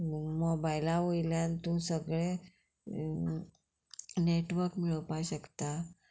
मोबायला वयल्यान तूं सगळें नेटवर्क मेळोवपा शकता